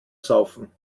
saufen